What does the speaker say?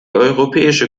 europäische